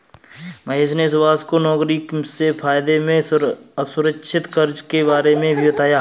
महेश ने सुभाष को नौकरी से फायदे में असुरक्षित कर्ज के बारे में भी बताया